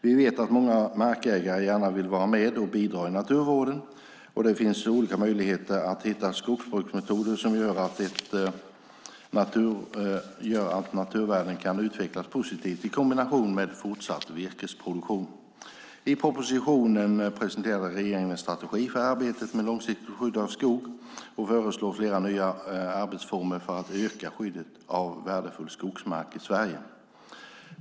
Vi vet att många markägare gärna vill vara med och bidra i naturvården, och det finns ofta möjligheter att hitta skogsbruksmetoder som gör att naturvärden kan utvecklas positivt i kombination med fortsatt virkesproduktion. I propositionen presenterar regeringen en strategi för arbetet med långsiktigt skydd av skog och föreslår flera nya arbetsformer för att öka skyddet av värdefull skogsmark i Sverige.